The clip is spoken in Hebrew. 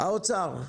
משרד האוצר,